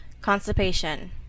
constipation